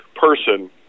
person